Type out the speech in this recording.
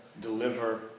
deliver